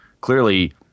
Clearly –